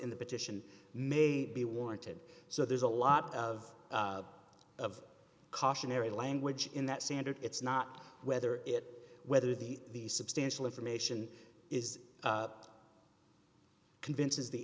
in the petition may be warranted so there's a lot of of cautionary language in that standard it's not whether it whether the substantial information is convinces the